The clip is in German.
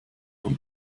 und